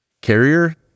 carrier